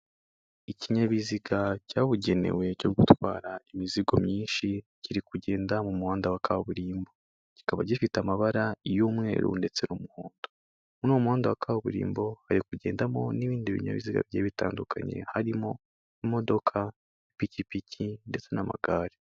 Ikinyabiziga cyabugenewe cyo gutwara imizigo myinshi kiri kugenda mu muhanda wa kaburimbo, kikaba gifite amabara y'umweru ndetse n'umuhondo, muri uwo muhanda wa kaburimbo hari kugendamo n'ibindi binyabiziga bigiye bitandukanye harimo imodoka, ipikipiki ndetse n'amagare.